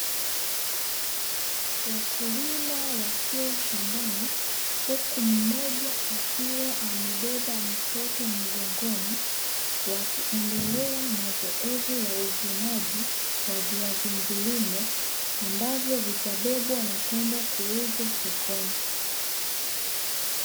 Wakulima wakiwa shambani huku mmoja akiwa amebeba mtoto mgongoni wakiendelea na zoezi la uvunaji wa viazi mviringo ambavyo vitabebwa na kwenda kuuzwa sokoni.